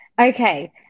Okay